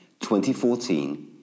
2014